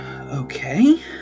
Okay